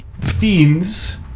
fiends